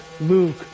Luke